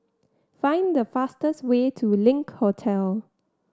find the fastest way to Link Hotel